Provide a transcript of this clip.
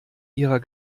ihrer